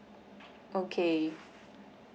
okay